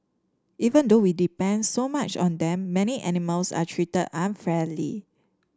even though we depend so much on them many animals are treated unfairly